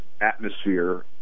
atmosphere